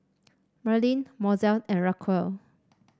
Merlyn Mozell and Racquel